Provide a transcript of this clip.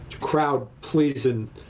crowd-pleasing